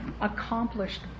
accomplished